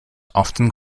often